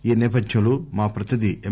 ఈ సేపథ్యంలో మా ప్రతినిధి ఎం